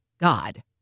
God